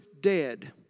dead